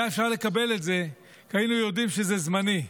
היה אפשר לקבל את זה כי היינו יודעים שזה זמני.